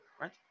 right